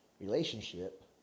relationship